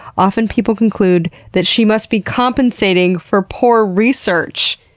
often people conclude that she must be compensating for poor research.